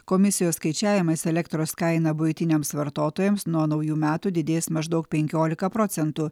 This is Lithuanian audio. komisijos skaičiavimais elektros kaina buitiniams vartotojams nuo naujų metų didės maždaug penkiolika procentų